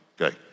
Okay